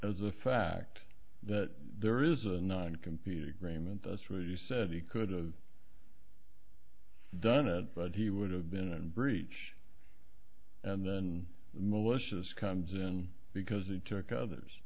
a fact that there is a non competing rayment that's where you said he could've done it but he would have been in breach and then malicious comes in because it took others